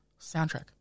soundtrack